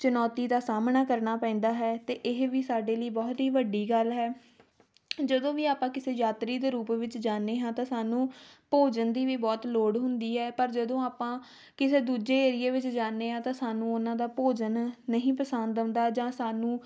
ਚੁਣੌਤੀ ਦਾ ਸਾਹਮਣਾ ਕਰਨਾ ਪੈਂਦਾ ਹੈ ਅਤੇ ਇਹ ਵੀ ਸਾਡੇ ਲਈ ਬਹੁਤ ਹੀ ਵੱਡੀ ਗੱਲ ਹੈ ਜਦੋਂ ਵੀ ਆਪਾਂ ਕਿਸੇ ਯਾਤਰੀ ਦੇ ਰੂਪ ਵਿੱਚ ਜਾਂਦੇ ਹਾਂ ਤਾਂ ਸਾਨੂੰ ਭੋਜਨ ਦੀ ਵੀ ਬਹੁਤ ਲੋੜ ਹੁੰਦੀ ਹੈ ਪਰ ਜਦੋਂ ਆਪਾਂ ਕਿਸੇ ਦੂਜੇ ਏਰੀਏ ਵਿੱਚ ਜਾਂਦੇ ਹਾਂ ਤਾਂ ਸਾਨੂੰ ਉਹਨਾਂ ਦਾ ਭੋਜਨ ਨਹੀਂ ਪਸੰਦ ਆਉਂਦਾ ਜਾਂ ਸਾਨੂੰ